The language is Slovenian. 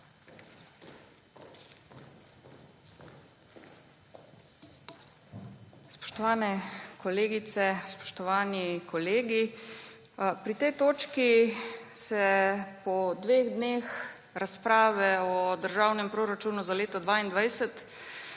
Spoštovane kolegice, spoštovani kolegi! Pri tej točki se po dveh dneh razprave o državnem proračunu za leti 2022